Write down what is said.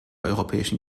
europäischen